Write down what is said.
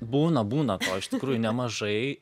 būna būna iš tikrųjų nemažai